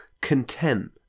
content